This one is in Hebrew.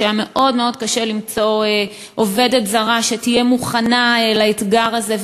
שהיה מאוד מאוד קשה למצוא עובדת זרה שתהיה מוכנה לאתגר הזה,